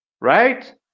Right